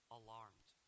alarmed